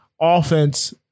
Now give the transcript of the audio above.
offense